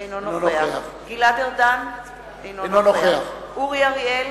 - אינו נוכח גלעד ארדן - אינו נוכח אורי אריאל